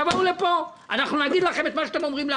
תבואו לפה, נגיד לכם את מה שאתם אומרים לנו.